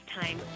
time